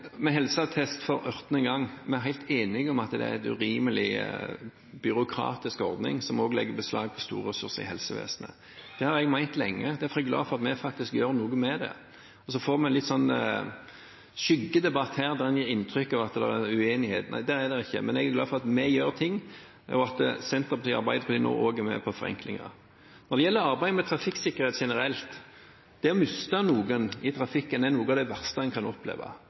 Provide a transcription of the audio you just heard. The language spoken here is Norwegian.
med det. Så får vi en litt sånn skyggedebatt her, der en gir inntrykk av at det er uenighet. Nei, det er det ikke. Men jeg er glad for at vi gjør ting, og at Senterpartiet og Arbeiderpartiet nå også er med på forenklinger. Når det gjelder arbeidet med trafikksikkerhet generelt: Det å miste noen i trafikken er noe av det verste en kan oppleve.